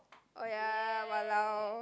oh ya !walao!